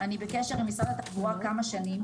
אני בקשר עם משרד התחבורה כמה שנים.